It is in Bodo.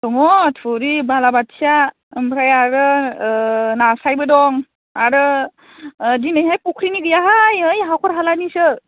दङ थुरि बालाबाथिया ओमफ्राय आरो नास्रायबो दं आरो दिनैहाय फख्रिनि गैयाहाय ओइ हाखर हालानिसो